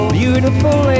beautiful